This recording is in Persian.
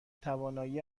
توانایی